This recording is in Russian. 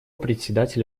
председатель